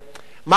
מה קרה כאן?